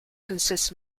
consists